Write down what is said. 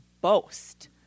boast